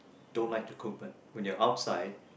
I don't like to cook but when you're outside